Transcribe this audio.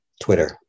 Twitter